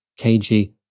KG